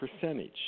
percentage